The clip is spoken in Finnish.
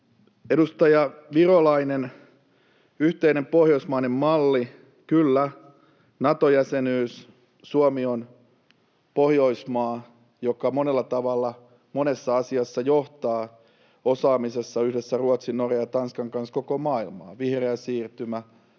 Edustaja Virolainen, yhteinen pohjoismainen malli. Kyllä, Nato-jäsenyys. Suomi on Pohjoismaa, joka monella tavalla, monessa asiassa johtaa osaamisessa yhdessä Ruotsin, Norjan ja Tanskan kanssa koko maailmaa: vihreä siirtymä,